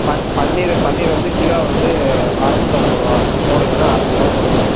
பன் பன்னீரு பன்னீரு வந்து கிலோ வந்து அறநூற்றம்பது ரூபா உங்களுக்கு வேண்ணால் அறநூறுவா போட்டுத் தரேன்